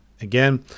Again